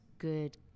good